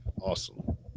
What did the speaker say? Awesome